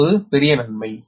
இது ஒரு பெரிய நன்மை